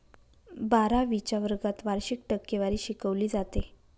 बारावीच्या वर्गात वार्षिक टक्केवारी शिकवली जाते